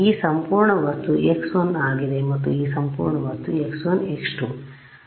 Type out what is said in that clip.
ಈ ಸಂಪೂರ್ಣ ವಸ್ತು x1 ಆಗಿದೆ ಮತ್ತು ಈ ಸಂಪೂರ್ಣ ವಸ್ತು x1 x2